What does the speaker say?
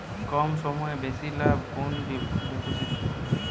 কম সময়ে বেশি লাভ কোন ডিপোজিটে?